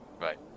Right